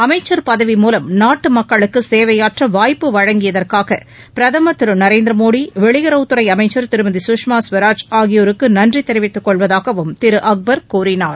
அமைச்சள் பதவி மூலம் நாட்டு மக்களுக்கு சேவையாற்ற வாய்ப்பு வழங்கியதற்காக பிரதம் திரு நரேந்திர மோடி வெளியுறவுத் துறை அமைச்ச் திருமதி சுஷ்மா சுவராஜ் ஆகியோருக்கு நன்றி தெரிவித்துக் கொள்வதாகவும் திரு அக்பர் கூறினார்